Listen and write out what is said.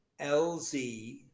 LZ